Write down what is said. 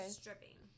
stripping